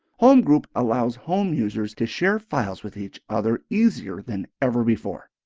home group allows home users to share files with each other easier than ever before.